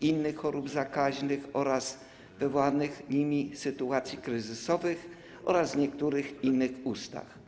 innych chorób zakaźnych oraz wywołanych nimi sytuacji kryzysowych oraz niektórych innych ustaw.